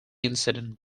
incident